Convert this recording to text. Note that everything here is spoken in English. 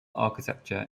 architecture